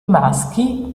maschi